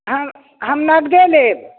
हम हम नगदे लेब